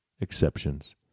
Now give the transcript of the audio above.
exceptions